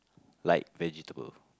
like vegetable